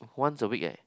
once a week eh